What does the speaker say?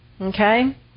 okay